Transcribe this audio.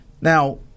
Now